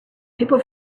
people